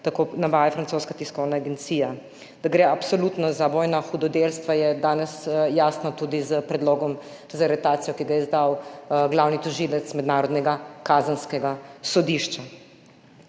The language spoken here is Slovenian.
tako navaja francoska tiskovna agencija. Da gre absolutno za vojna hudodelstva, je danes jasno tudi s predlogom za aretacijo, ki ga je izdal glavni tožilec Mednarodnega kazenskega sodišča.